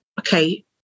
okay